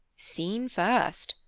scene first,